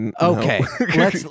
Okay